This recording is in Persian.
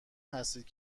هستید